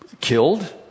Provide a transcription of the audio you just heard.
killed